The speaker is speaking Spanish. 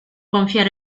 confiar